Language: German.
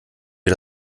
wir